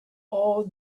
all